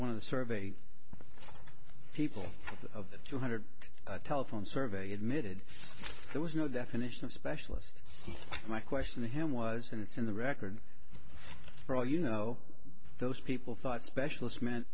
one of the surveyed people of the two hundred telephone survey admitted there was no definition of specialist my question to him was that it's in the record for all you know those people thought specialist meant